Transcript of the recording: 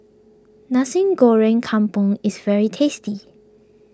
Nasi Goreng Kampung is very tasty